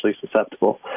susceptible